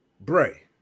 Bray